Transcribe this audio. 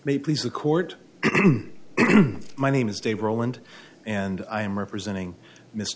me please the court my name is de roland and i am representing mr